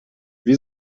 wie